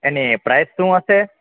એની price શું થશે